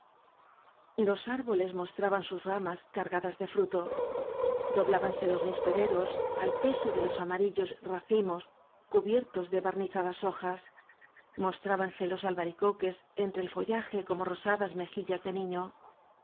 los árboles mostraban sus ramas careadas de fruto doblábanse los nispereros al peso de los amarillos racimos cubiertos de barni zadas hojas mostrábanse los albaricoques en tre el follaje como rosadas megillas de niño